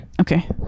Okay